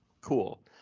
Cool